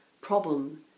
problem